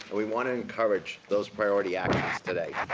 we want to encourage those priority actions today.